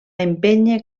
empènyer